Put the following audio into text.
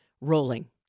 rolling